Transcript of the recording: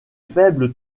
faible